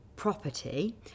property